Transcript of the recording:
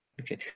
okay